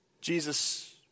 Jesus